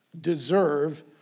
deserve